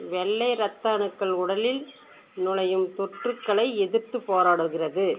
வெள்ளை இரத்த அணுக்கள் உடலில் நுழையும் தொற்றுக்களை எதிர்த்துப் போராடுகிறது